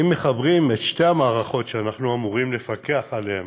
אם מחברים את שתי המערכות שאנחנו אמורים לפקח עליהן